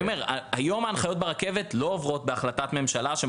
אני אומר: היום ההנחיות ברכבת לא עוברות בהחלטת ממשלה.